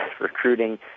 recruiting